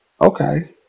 Okay